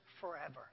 forever